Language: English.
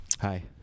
Hi